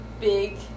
big